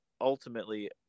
ultimately